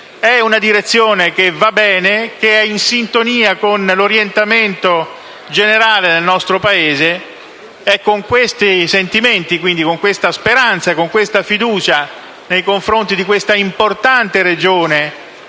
è una direzione che va bene e che è in sintonia con l'orientamento generale del nostro Paese. Nutriamo questi sentimenti, questa speranza e questa fiducia nei confronti di questa importante Regione,